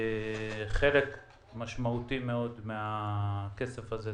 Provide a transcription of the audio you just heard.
חלק משמעותי מאוד מהכסף זה,